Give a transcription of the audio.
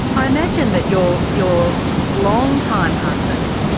i imagine that your your long-time husband,